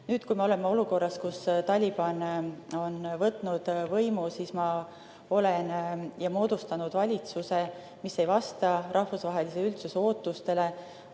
Nüüd, kui me oleme olukorras, kus Taliban on võtnud võimu ja moodustanud valitsuse, mis ei vasta rahvusvahelise üldsuse ootustele,